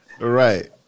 right